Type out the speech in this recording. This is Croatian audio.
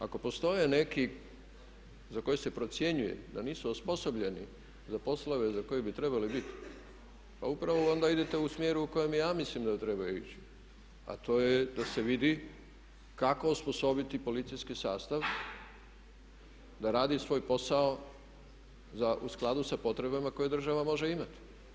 Ako postoje neki za koje se procjenjuje da nisu osposobljeni za poslove za koje bi trebali biti pa upravo onda idete u smjeru u kojem i ja mislim da treba ići, a to je da se vidi kako osposobiti policijski sastav da radi svoj posao u skladu sa potrebama koje država može imati.